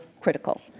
critical